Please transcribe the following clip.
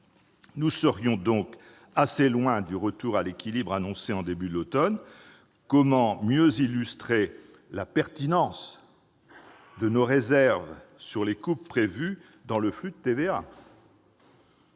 Nous serions donc assez loin du retour à l'équilibre annoncé au début de l'automne. Comment mieux illustrer la pertinence de nos réserves sur les coupes prévues dans le flux de TVA à